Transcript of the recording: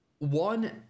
one